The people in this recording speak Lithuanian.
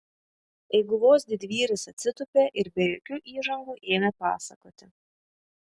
eiguvos didvyris atsitūpė ir be jokių įžangų ėmė pasakoti